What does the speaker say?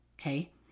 Okay